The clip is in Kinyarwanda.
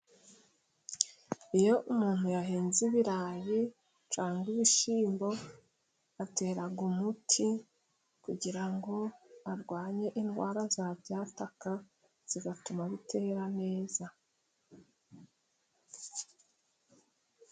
Iyo umuntu yahinze ibirayi cyangwa ibishyimbo, ateraga umuti kugira ngo arwanye indwara zabyataka zigatuma bitera neza.